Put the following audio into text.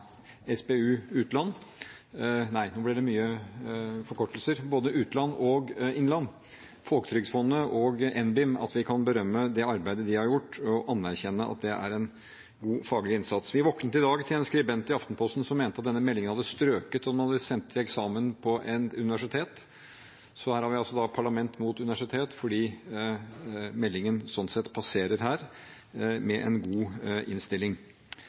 SPU – både utland og innland – folketrygdfondet og NBIM, berømme det arbeidet de har gjort, og anerkjenne at det er en god faglig innsats. Vi våknet i dag til en skribent i Aftenposten som mente at denne meldingen hadde strøket om vi hadde sendt den til eksamen på et universitet. Her har vi altså parlament mot universitet, fordi meldingen sånn sett passerer her med en god innstilling.